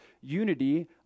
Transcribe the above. unity